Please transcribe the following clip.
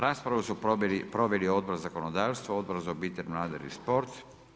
Raspravu su proveli Odbor za zakonodavstvo, Odbor za obitelj, mlade i sport.